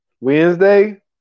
Wednesday